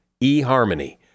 eHarmony